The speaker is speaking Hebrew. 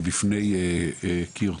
בפני קיר.